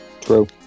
True